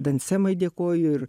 dansemai dėkoju ir